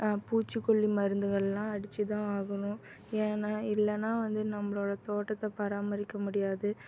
பூச்சிக்கொல்லி மருந்துகளெலாம் அடித்து தான் ஆகணும் ஏன்னால் இல்லைன்னா வந்து நம்மளோட தோட்டத்தை பராமரிக்க முடியாது